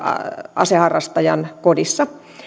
aseharrastajan kodissa